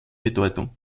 bedeutung